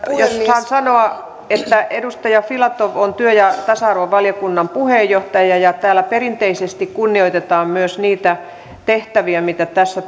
saan sanoa että edustaja filatov on työ ja tasa arvovaliokunnan puheenjohtaja ja ja täällä perinteisesti kunnioitetaan myös niitä tehtäviä joita tässä